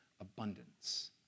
abundance